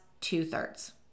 two-thirds